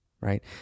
Right